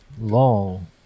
long